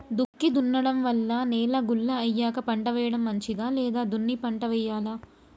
దుక్కి దున్నడం వల్ల నేల గుల్ల అయ్యాక పంట వేయడం మంచిదా లేదా దున్ని పంట వెయ్యాలా?